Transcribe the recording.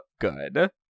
good